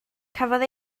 cafodd